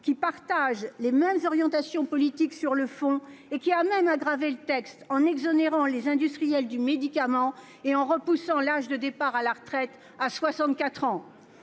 elle partage vos orientations politiques ; elle a même aggravé le texte en exonérant les industriels du médicament et en repoussant l'âge de départ à la retraite à 64 ans.